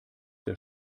der